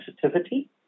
sensitivity